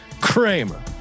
Kramer